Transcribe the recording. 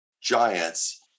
giants